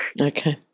Okay